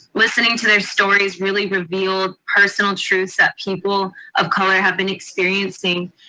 listening to their stories really revealed personal truths that people of color have been experiencing.